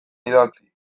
idatzi